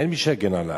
אין מי שיגן עליו,